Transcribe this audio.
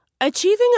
Achieving